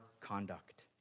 conduct